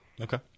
Okay